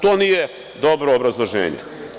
To nije dobro obrazloženje.